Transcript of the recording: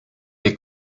est